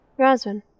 Roswin